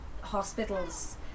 hospitals